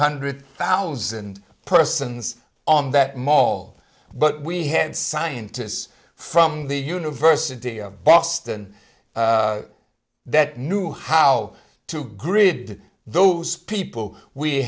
hundred thousand persons on that mall but we had scientists from the university of boston that knew how to grid those people we